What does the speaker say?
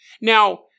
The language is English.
Now